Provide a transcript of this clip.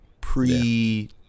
pre